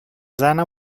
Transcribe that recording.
seiner